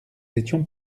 étions